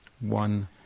one